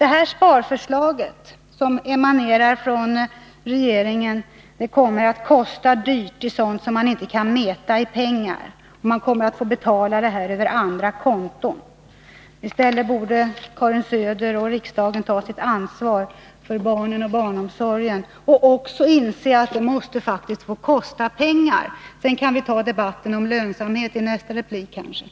Det här sparförslaget, som emanerar från regeringen, kommer att bli dyrt. Det är fråga om sådant som man inte kan mäta i pengar. Man kommer att få betala över andra konton. Karin Söder och riksdagen borde ta sitt ansvar för barnen och barnomsorgen och inse att det faktiskt måste få kosta pengar. I nästa replik kan vi kanske ta debatten om lönsamhet.